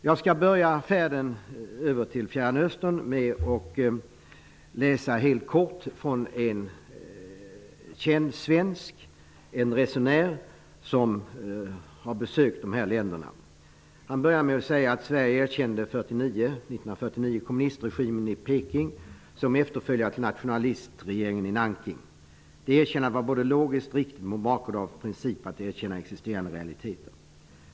Jag skall börja färden över till Fjärran Östern med att läsa vad en känd svensk resenär som har besökt de här länderna har skrivit. Han skriver: ''Sverige erkände 1949 kommunistregimen i Peking som efterföljare till nationalistregeringen i Nanking. Det erkännandet var både logiskt och riktigt mot bakgrund av vår princip att erkänna existerande realiteter.